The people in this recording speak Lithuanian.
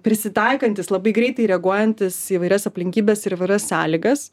prisitaikantys labai greitai reaguojantys į įvairias aplinkybes ir į įvairias sąlygas